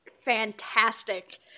fantastic